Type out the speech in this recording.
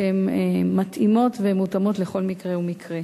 שמתאימות ומותאמות לכל מקרה ומקרה.